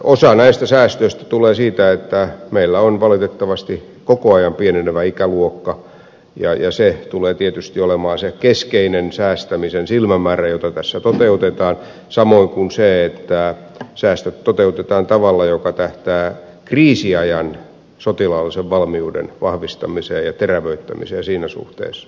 osa näistä säästöistä tulee siitä että meillä on valitettavasti koko ajan pienenevä ikäluokka ja se tulee tietysti olemaan se keskeinen säästämisen silmämäärä jota tässä toteutetaan samoin kuin se että säästöt toteutetaan tavalla joka tähtää kriisiajan sotilaallisen valmiuden vahvistamiseen ja terävöittämiseen siinä suhteessa